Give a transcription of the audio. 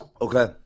okay